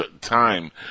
time